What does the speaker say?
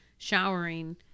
showering